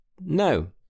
no